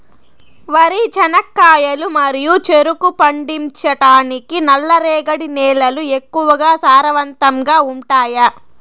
వరి, చెనక్కాయలు మరియు చెరుకు పండించటానికి నల్లరేగడి నేలలు ఎక్కువగా సారవంతంగా ఉంటాయా?